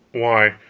why,